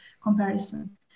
comparison